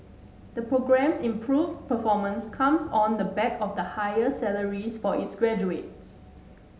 the programme's improved performance comes on the back of higher salaries for its graduates